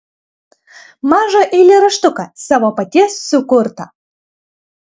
mažą eilėraštuką savo paties sukurtą